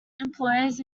employers